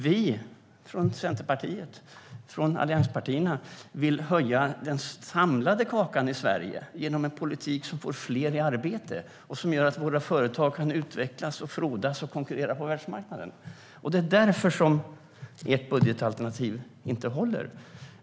Vi från Centerpartiet och allianspartierna vill utöka den samlade kakan i Sverige genom en politik som får fler i arbete och gör att våra företag kan utvecklas, frodas och konkurrera på världsmarknaden. Det är därför ert budgetalternativ inte håller.